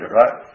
right